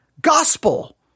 Gospel